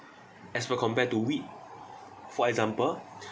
as per compared to weed for example